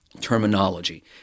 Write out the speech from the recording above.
terminology